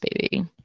baby